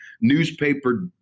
newspaper